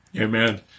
Amen